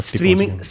Streaming